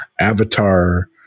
avatar